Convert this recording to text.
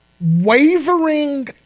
wavering